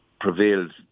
prevailed